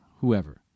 whoever